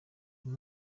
uyu